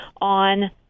on